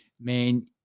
man